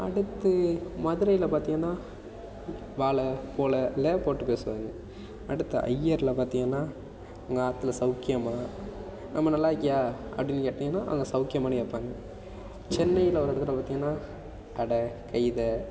அடுத்து மதுரையில் பார்த்திங்கனா வாலே போலே லே போட்டு பேசுவாங்க அடுத்த ஐயர்லாம் பார்த்திங்கனா உங்கள் ஆத்தில் சவுக்கியமாக ஏம்மா நல்லாருக்கியா அப்படினு கேட்டிங்கன்னா அங்கே சவுக்கியமான்னு கேட்பாங்க சென்னையில் பார்த்திங்கனா கடை கயிதை